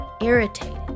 irritated